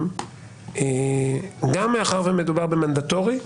גם מאחר שמדובר במנדטורי,